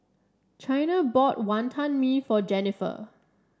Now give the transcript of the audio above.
Chyna bought Wantan Mee for Jenifer